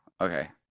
Okay